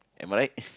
am I right